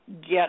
get